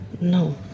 No